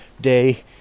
day